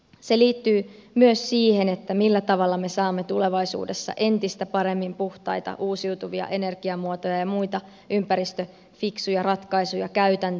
se liittyy myös siihen millä tavalla me saamme tulevaisuudessa entistä paremmin puhtaita uusiutuvia energiamuotoja ja muita ympäristöfiksuja ratkaisuja käytäntöön